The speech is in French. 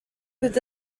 peut